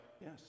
yes